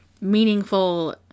meaningful